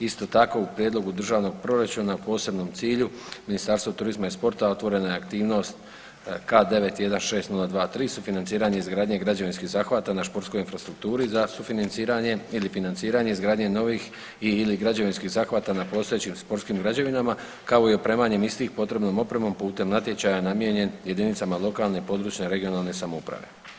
Isto tako u prijedlogu državnog proračuna u posebnom cilju Ministarstvo turizma i sporta otvorene aktivnost K016023 sufinanciranje, izgradnje građevinskih zahvata na sportskoj infrastrukturi za sufinanciranje ili financiranje izgradnje novih i/ili građevinskih zahvata na postojećim sportskim građevinama kao i opremanjem istih potrebnom opremom putem natječaja namijenjen jedinicama lokalne, područne (regionalne) samouprave.